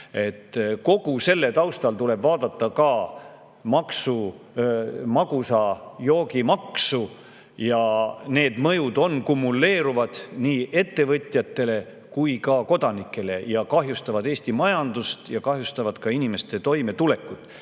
Selle kõige taustal tuleb vaadata ka magusa joogi maksu. Need mõjud on kumuleeruvad nii ettevõtjatele kui ka kodanikele ning kahjustavad Eesti majandust ja ka inimeste toimetulekut. Nii